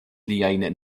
liajn